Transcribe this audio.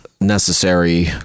necessary